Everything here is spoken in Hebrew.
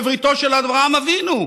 בבריתו של אברהם אבינו.